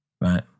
Right